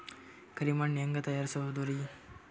ಕರಿ ಮಣ್ ಹೆಂಗ್ ತಯಾರಸೋದರಿ?